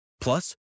Plus